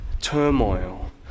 turmoil